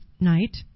night